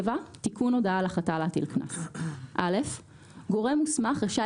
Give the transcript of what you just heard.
תיקון הודעה על החלטה להטיל קנס גורם מוסמך רשאי